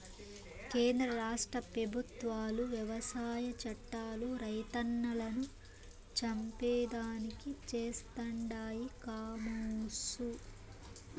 కేంద్ర రాష్ట్ర పెబుత్వాలు వ్యవసాయ చట్టాలు రైతన్నలను చంపేదానికి చేస్తండాయి కామోసు